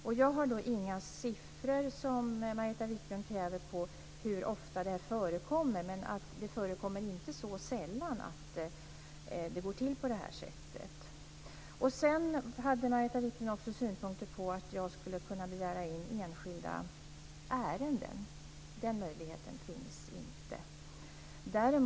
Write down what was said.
Men jag har inga siffror - som Margareta Viklund kräver mig på - på hur ofta detta förekommer, men det är inte så sällan som det går till på det här sättet. Sedan hade Margareta Viklund synpunkter på att jag skulle kunna begära in enskilda ärenden. Den möjligheten finns inte.